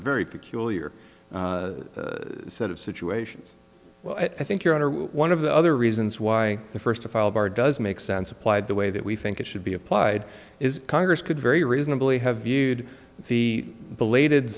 very peculiar set of situations well i think your honor one of the other reasons why the first of all bar does make sense applied the way that we think it should be applied is congress could very reasonably have viewed the belated